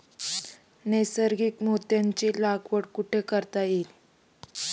नैसर्गिक मोत्यांची लागवड कुठे करता येईल?